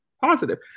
positive